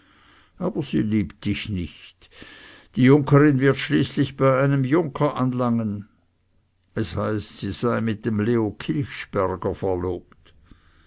aber sie liebt dich nicht die junkerin wird schließlich bei einem junker anlangen es heißt sie sei mit dem leo kilchsperger verlobt